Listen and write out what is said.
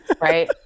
right